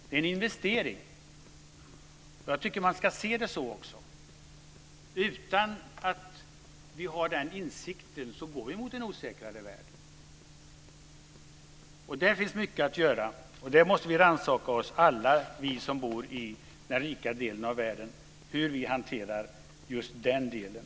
Jag tycker att man också ska se det så. Utan den insikten går vi mot en osäkrare värld. Där finns mycket att göra. Alla vi som bor i den rika delen av världen måste rannsaka oss och se på hur vi hanterar just den delen.